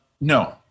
No